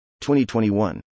2021